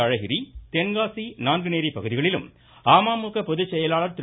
அழகிரி தென்காசி நாங்குநேரி பகுதிகளிலும் அமமுக பொதுச் செயலர் திரு